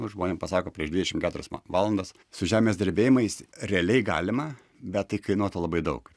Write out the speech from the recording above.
nu žmonėm pasako prieš dvidešim keturias va valandas su žemės drebėjimais realiai galima bet tai kainuotų labai daug